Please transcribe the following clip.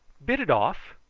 bit it off!